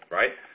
right